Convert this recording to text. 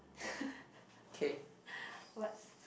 what's